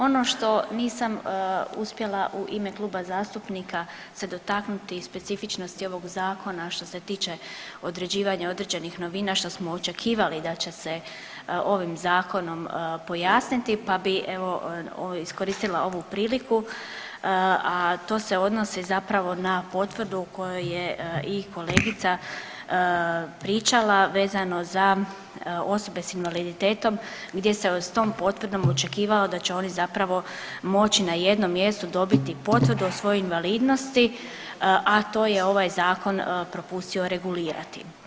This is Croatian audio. Ono što nisam uspjela u ime kluba zastupnika se dotaknuti i specifičnosti ovog Zakona što se tiče određivanja određenih novina, što smo očekivali da će se ovim Zakonom pojasniti, pa bi evo, iskoristila ovu priliku, a to se odnosi zapravo na potvrdu kojoj je i kolegica pričala vezano za osobe s invaliditetom gdje se s tom potvrdom očekivalo da će oni zapravo moći na jednom mjestu dobiti potvrdu o svojoj invalidnosti, a to je ovaj Zakon propustio regulirati.